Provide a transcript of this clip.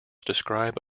describe